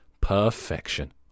Perfection